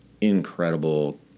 incredible